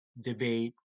debate